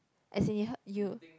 as in you heard you